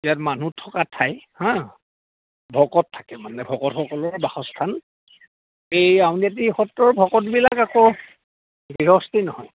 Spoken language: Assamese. ইয়াত মানুহ থকা ঠাই হা ভকত থাকে মানে ভকতসকলৰ বাসস্থান এই আউনীআটি সত্ৰৰ ভকতবিলাক আকৌ গৃহস্থী নহয়